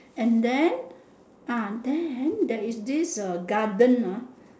and then ah then there is this uh garden ah